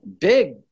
big